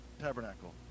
tabernacle